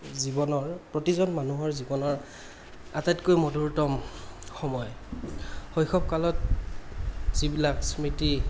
জীৱনৰ প্ৰতিজন মানুহৰ জীৱনৰ আটাইতকৈ মধুৰতম সময় শৈশৱকালত যিবিলাক স্মৃতি